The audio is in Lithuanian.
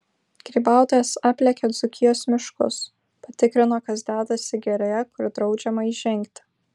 grybautojas aplėkė dzūkijos miškus patikrino kas dedasi girioje kur draudžiama įžengti